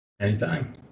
Anytime